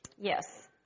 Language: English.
Yes